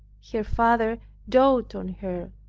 her father doted on her,